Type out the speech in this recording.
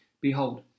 Behold